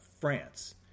France